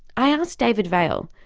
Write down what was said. i asked david vaile,